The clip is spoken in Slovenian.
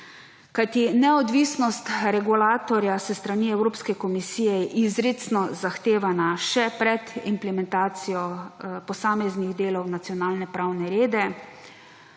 Kajti neodvisnost regulatorja s strani Evropske komisije je izrecno zahtevana še pred implementacijo posameznih delov v nacionalne pravne rede.